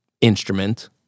instrument